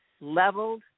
leveled